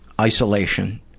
isolation